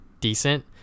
decent